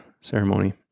ceremony